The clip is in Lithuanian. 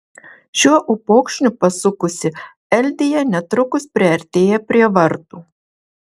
šiuo upokšniu pasukusi eldija netrukus priartėja prie vartų